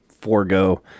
forego